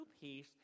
peace